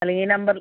അല്ലെങ്കിൽ ഈ നമ്പർ